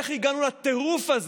יותר,